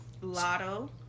Lotto